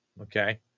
Okay